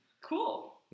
Cool